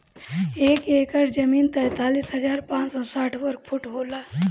एक एकड़ जमीन तैंतालीस हजार पांच सौ साठ वर्ग फुट होला